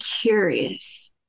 curious